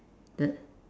the